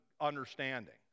understanding